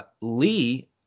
Lee